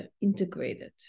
integrated